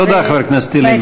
תודה, חבר הכנסת ילין.